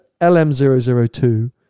LM002